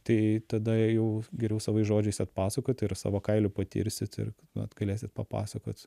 tai tada jau geriau savais žodžiais atpasakot ir savo kailiu patirsit ir vat galėsit papasakot